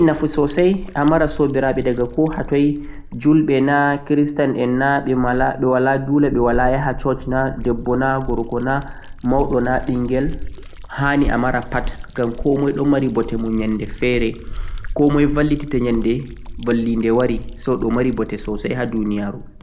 Wodi nafu sosai amara sobiraɓe daga koh hatoi, julɓe, haaɓe, roɓe, worɓe, mauɓe, famarɓe. Hanii amara pat komoi ɗon mari ɓotemon nyande fere, komoi vallitite